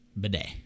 Bidet